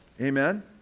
amen